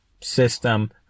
system